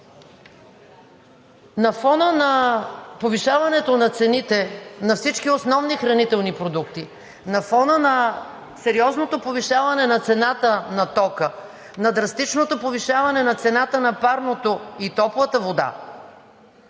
На фона на повишаването на цените на всички основни хранителни продукти, на фона на сериозното повишаване на цената на тока, на драстичното повишаване на цената на парното и топлата вода